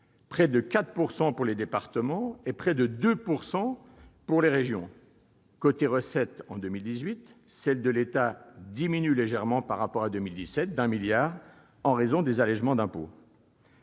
près de 4 % pour les départements et de près de 2 % pour les régions. Côté recettes, en 2018, celles de l'État diminuent légèrement par rapport à 2017- une baisse de 1 milliard d'euros -en raison des allégements d'impôts.